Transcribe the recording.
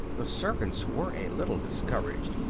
the servants were a little discouraged,